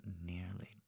nearly